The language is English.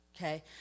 okay